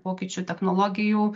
pokyčių technologijų